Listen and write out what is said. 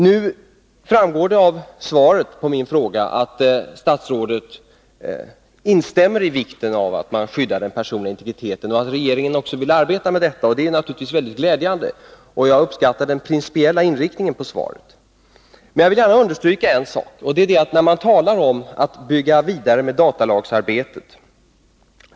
Det framgår nu av svaret på min fråga att statsrådet instämmer i vikten av att man skyddar den personliga integriteten och att regeringen också vill arbeta med detta. Det är naturligtvis mycket glädjande, och jag uppskattar svarets principiella inriktning. Men jag vill gärna understryka en sak, och det gäller detta att man talar om att bygga vidare på datalagsarbetet.